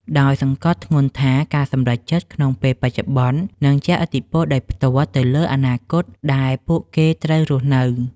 ដោយសង្កត់ធ្ងន់ថាការសម្រេចចិត្តក្នុងពេលបច្ចុប្បន្ននឹងជះឥទ្ធិពលដោយផ្ទាល់ទៅលើអនាគតដែលពួកគេត្រូវរស់នៅ។